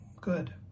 good